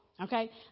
okay